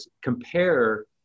compare